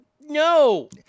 No